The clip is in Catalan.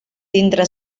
dintre